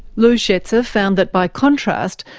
lou schetzer found that, by contrast,